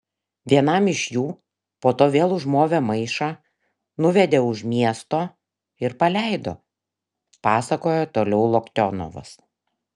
vienam iš jų po to vėl užmovė maišą nuvedė už miesto ir paleido pasakojo toliau loktionovas